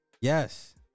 Yes